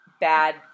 bad—